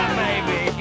baby